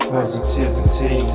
Positivity